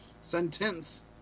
sentence